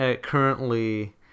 currently